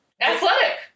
Athletic